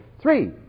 Three